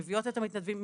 מביאות את המתנדבים,